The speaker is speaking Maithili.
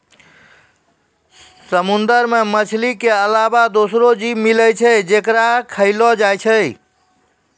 समुंदर मे मछली के अलावा दोसरो जीव मिलै छै जेकरा खयलो जाय छै